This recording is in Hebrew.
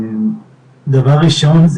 דבר ראשון זה